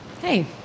Hey